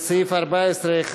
סעיף 14(1)